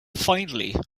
finally